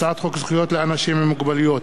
הצעת חוק זכויות לאנשים עם מוגבלות